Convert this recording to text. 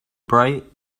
bright